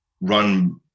run